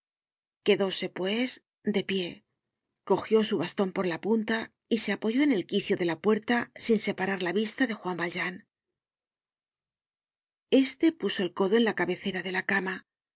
quedóse pues de pie cogió su baston por la punta y se apoyó en el quicio de la puerta sin separar la vista de juan valjean este puso el codo en la cabecera de la cama